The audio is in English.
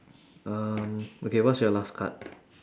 um okay what's your last card